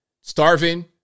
starving